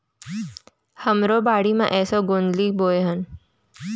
हमरो बाड़ी म एसो गोंदली बोए हन